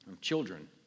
Children